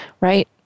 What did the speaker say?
right